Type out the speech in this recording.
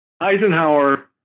Eisenhower